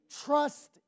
trust